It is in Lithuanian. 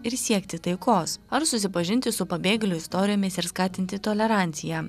ir siekti taikos ar susipažinti su pabėgėlių istorijomis ir skatinti toleranciją